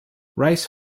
rice